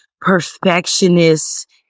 perfectionist